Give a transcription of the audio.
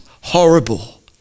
horrible